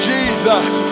Jesus